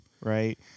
right